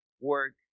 work